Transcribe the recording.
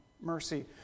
mercy